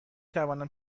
توانم